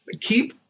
Keep